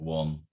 one